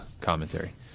commentary